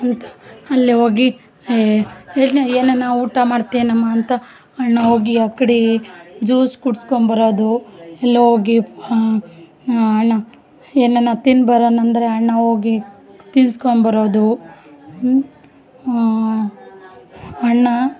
ಅಂತ ಅಲ್ಲೇ ಹೋಗಿ ಏನ ಏನನ ಊಟ ಮಾಡ್ತಿ ಏನಮ್ಮ ಅಂತ ಅಣ್ಣ ಹೋಗಿ ಆ ಕಡೆ ಜೂಸ್ ಕುಡ್ಸಿಕೊಂಡ್ ಬರೋದು ಎಲ್ಲೋ ಹೋಗಿ ಅಣ್ಣ ಏನನ ತಿಂದು ಬರೋಣ ಅಂದ್ರೆ ಅಣ್ಣ ಹೋಗಿ ತಿನ್ನಿಸ್ಕೊಂಬರೋದು ಅಣ್ಣ